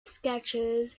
sketches